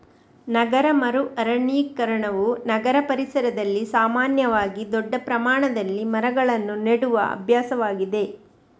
ನಗರ ಮರು ಅರಣ್ಯೀಕರಣವು ನಗರ ಪರಿಸರದಲ್ಲಿ ಸಾಮಾನ್ಯವಾಗಿ ದೊಡ್ಡ ಪ್ರಮಾಣದಲ್ಲಿ ಮರಗಳನ್ನು ನೆಡುವ ಅಭ್ಯಾಸವಾಗಿದೆ